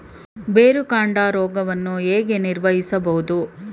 ಬೇರುಕಾಂಡ ರೋಗವನ್ನು ಹೇಗೆ ನಿರ್ವಹಿಸಬಹುದು?